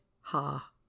Ha